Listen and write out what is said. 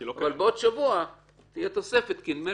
אבל בעוד שבוע תהיה תוספת כי נדמה לי